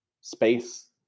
space